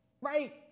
right